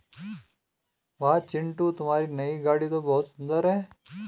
वाह चिंटू तुम्हारी नई गाड़ी तो बहुत सुंदर है